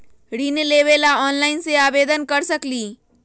ऋण लेवे ला ऑनलाइन से आवेदन कर सकली?